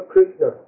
Krishna